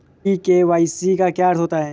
ई KYC का क्या अर्थ होता है?